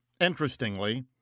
interestingly